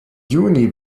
juni